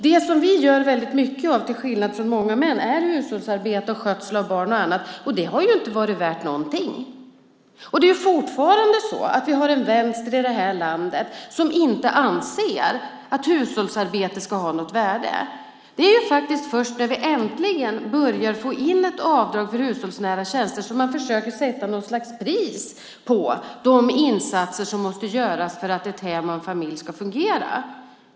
Det som vi gör väldigt mycket av till skillnad från många män är hushållsarbete, skötsel av barn och annat. Det har inte varit värt någonting. Det är fortfarande så att vi har en vänster i det här landet som inte anser att hushållsarbete ska ha något värde. Det är först när vi äntligen börjar få in ett avdrag för hushållsnära tjänster som man försöker att sätta något slags pris på de insatser som måste göras för att ett hem och en familj ska fungera.